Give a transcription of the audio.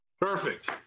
Perfect